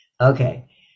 Okay